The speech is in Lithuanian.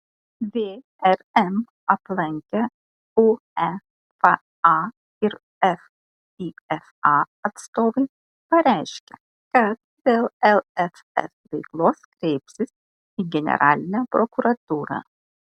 vrm aplankę uefa ir fifa atstovai pareiškė kad dėl lff veiklos kreipsis į generalinę prokuratūrą